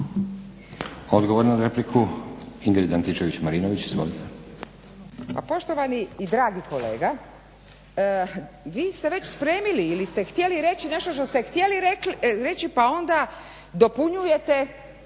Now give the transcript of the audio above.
Odgovor na repliku Ingrid Antičević Marinović. **Antičević Marinović, Ingrid (SDP)** Pa poštovani i dragi kolega, vi ste već spremili ili ste htjeli reći nešto što ste htjeli reći, pa onda dopunjujete